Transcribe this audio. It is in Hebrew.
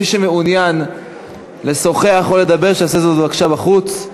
מי שמעוניין לשוחח או לדבר, שיעשה זאת בבקשה בחוץ.